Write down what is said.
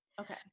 Okay